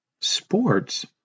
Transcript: Sports